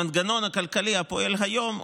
המנגנון הכלכלי הפועל היום,